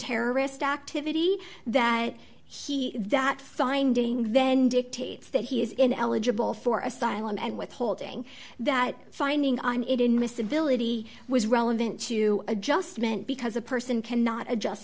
terrorist activity that he that finding then dictates that he is in eligible for asylum and withholding that finding on it in this ability was relevant to adjustment because a person cannot adjust